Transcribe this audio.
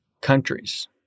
countries